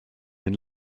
den